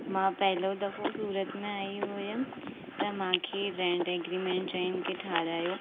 मां पहिरियों दफ़ो सूरत में आई हुअमि त मूंखे रेंट एग्रीमेंट चयुनि कि ठाहिरायो